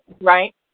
Right